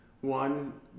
one